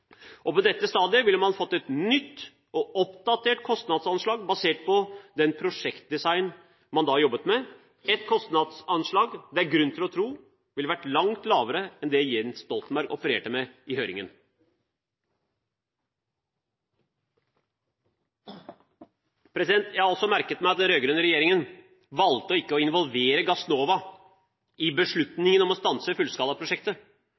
DG2. På dette stadiet ville man fått et nytt og oppdatert kostnadsanslag basert på den prosjektdesignen man da jobbet med, et kostnadsanslag det er grunn til å tro ville vært langt lavere enn det Jens Stoltenberg opererte med i høringen. Jeg har også merket meg at den rød-grønne regjeringen valgte å ikke involvere Gassnova i beslutningen om å stanse fullskalaprosjektet.